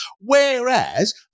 whereas